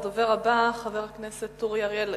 הדובר הבא, חבר הכנסת אורי אריאל.